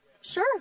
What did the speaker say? sure